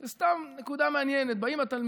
זו סתם נקודה מעניינת.